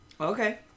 Okay